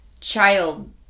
child